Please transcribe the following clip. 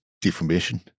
deformation